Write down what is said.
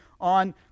on